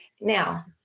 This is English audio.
Now